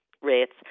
rates